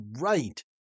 right